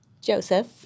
Joseph